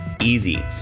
easy